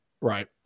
Right